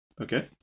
Okay